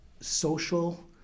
social